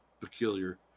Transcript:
peculiar